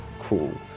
Cool